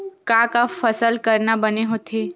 का का फसल करना बने होथे?